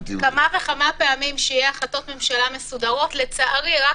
כמה וכמה פעמים שיהיו החלטות ממשלה מסודרת אבל לצערי רק